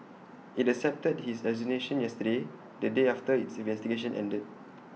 IT accepted his resignation yesterday the day after its investigation ended